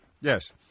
Yes